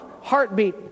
heartbeat